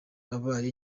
wabaye